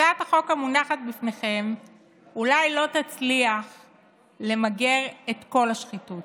הצעת החוק המונחת בפניכם אולי לא תצליח למגר את כל השחיתות,